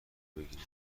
بگیرم